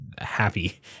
happy